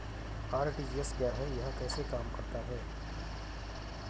RTGS क्या है यह कैसे काम करता है?